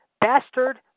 bastard